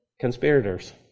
conspirators